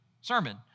sermon